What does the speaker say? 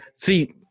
See